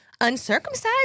Uncircumcised